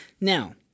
Now